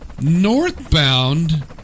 Northbound